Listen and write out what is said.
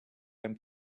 them